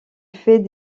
fait